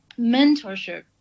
mentorship